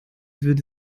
würde